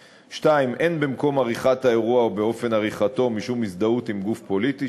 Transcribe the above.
2. אין במקום עריכת האירוע ובאופן עריכתו משום הזדהות עם גוף פוליטי,